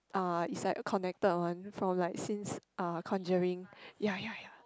uh is like connected one from like since uh conjuring ya ya ya